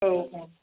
औ औ